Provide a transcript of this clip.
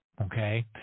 okay